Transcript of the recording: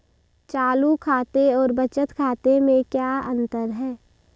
चालू खाते और बचत खाते में क्या अंतर है?